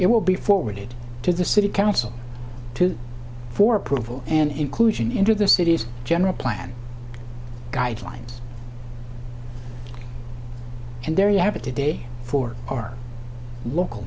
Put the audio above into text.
it will be forwarded to the city council to for approval and inclusion into the city's general plan guidelines and there you have it today for our local